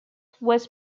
was